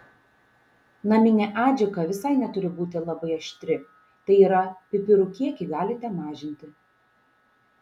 naminė adžika visai neturi būti labai aštri tai yra pipirų kiekį galite mažinti